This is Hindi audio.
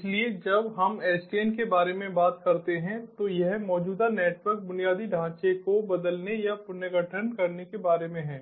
इसलिए जब हम SDN के बारे में बात करते हैं तो यह मौजूदा नेटवर्क बुनियादी ढांचे को बदलने या पुनर्गठन करने के बारे में है